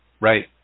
Right